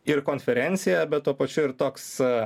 ir konferencija bet tuo pačiu ir toks a